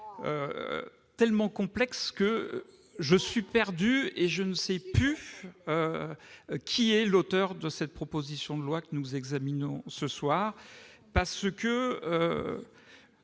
tellement complexe que je suis perdu et ne sais plus qui est l'auteur de la proposition de loi que nous examinons ce soir ... Je